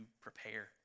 prepare